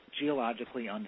geologically